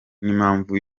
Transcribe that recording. n’impamvu